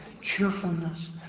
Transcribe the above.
cheerfulness